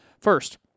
First